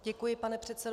Děkuji, pane předsedo.